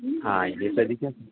ആ ഇനി ശ്രദ്ധിക്കാം